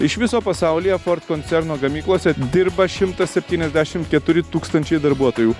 iš viso pasaulyje ford koncerno gamyklose dirba šimtas setyniasdešim keturi tūkstančiai darbuotojų